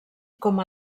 com